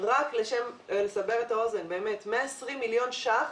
רק כדי לסבר את האוזן, 120 מיליון ש"ח